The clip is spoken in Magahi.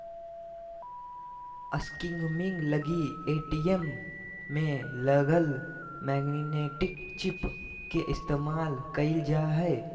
स्किमिंग लगी ए.टी.एम में लगल मैग्नेटिक चिप के इस्तेमाल कइल जा हइ